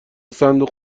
صندوق